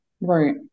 right